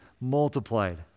multiplied